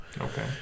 okay